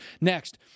Next